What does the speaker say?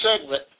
segment